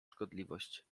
szkodliwość